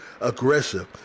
aggressive